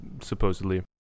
supposedly